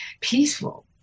peaceful